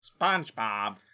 SpongeBob